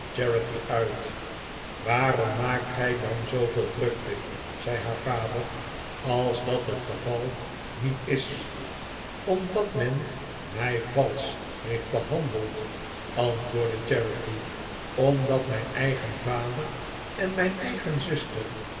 charity uit waarom maakt gij dan zooveel drukte zei haar vader als dat het geval niet is omdat men mij valsch heeft behandeld antwoordde charity omdat mijn eigen vader en mijn eigen zuster